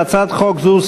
להצעת חוק זו,